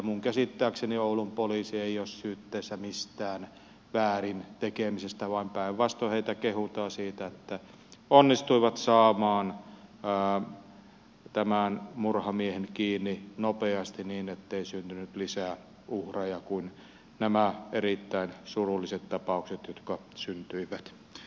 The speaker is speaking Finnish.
minun käsittääkseni oulun poliisi ei ole syytteessä mistään väärin tekemisestä vaan päinvastoin heitä kehutaan siitä että onnistuivat saamaan tämän murhamiehen kiinni nopeasti niin ettei syntynyt lisää uhreja muita kuin nämä erittäin surulliset tapaukset jotka syntyivät